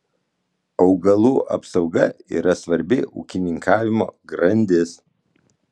augalų apsauga yra svarbi ūkininkavimo grandis